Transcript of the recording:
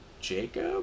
jacob